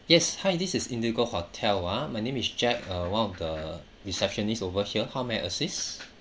yes hi this is indigo hotel ah my name is jack uh one of the receptionist over here how may I assist